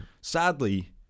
sadly